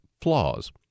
flaws